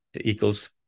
equals